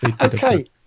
okay